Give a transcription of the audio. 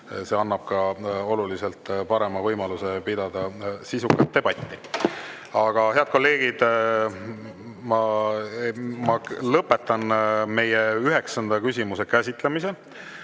See annab oluliselt parema võimaluse pidada sisulist debatti. Head kolleegid, ma lõpetan meie üheksanda küsimuse käsitlemise.